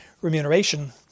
remuneration